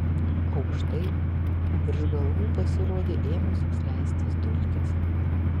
aukštai virš galvų pasirodė ėmusios leistis dulkės